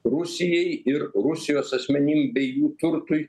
rusijai ir rusijos asmenim bei jų turtui